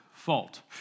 fault